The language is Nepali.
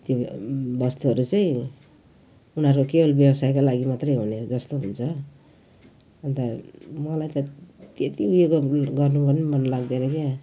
त्यो वस्तुहरू चाहिँ उनीहरू केवल व्यवसायको लागि मात्रै हुने जस्तो हुन्छ अन्त मलाई त त्यति उयो गर्नु पनि मन लाग्दैन के